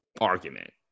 argument